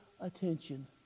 attention